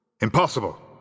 Impossible